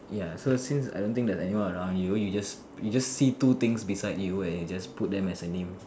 ya so since I don't think there's anyone around you you just you just see two things beside you and you just put them as a name